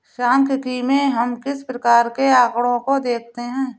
सांख्यिकी में हम किस प्रकार के आकड़ों को देखते हैं?